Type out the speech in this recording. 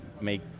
make